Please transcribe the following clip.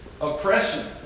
oppression